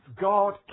God